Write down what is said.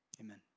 Amen